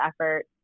effort